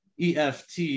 EFT